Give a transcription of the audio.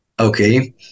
Okay